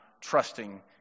trusting